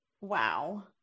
wow